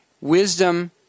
wisdom